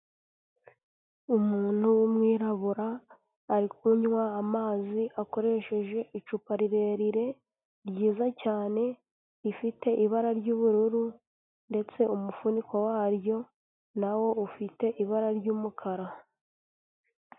Umuntu w'umwirabura ari kunywa amazi akoresheje icupa rirerire ryiza cyane, rifite ibara ry'ubururu ndetse umufuniko waryo nawo ufite ibara ry'umukara.